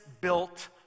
built